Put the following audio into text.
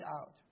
out